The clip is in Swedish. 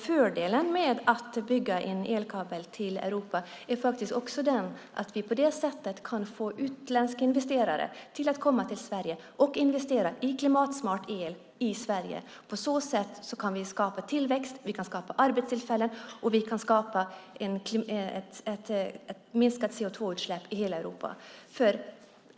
Fördelen med att bygga en elkabel till Europa är faktiskt också att vi på det sättet kan få utländska investerare att komma till Sverige och investera i klimatsmart el i Sverige. På så sätt kan vi skapa tillväxt. Vi kan skapa arbetstillfällen. Och vi kan skapa ett minskat CO2-utsläpp i hela Europa.